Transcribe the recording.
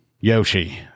Yoshi